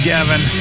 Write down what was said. Gavin